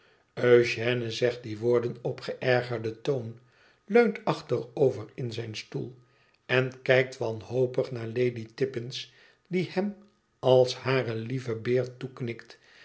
ëugène zegt die woorden op geërgerden toon leunt achterover in zijn stoel en kijkt wanhopig naar lady tippins die hem als haar lieven beer toeknikt